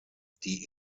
die